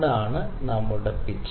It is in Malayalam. അതാണ് നമ്മളുടെ പിച്ച്